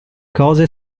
cose